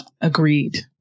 Agreed